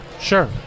sure